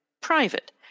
private